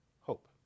hope